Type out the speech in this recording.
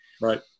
Right